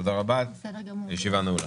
תודה רבה, הישיבה נעולה.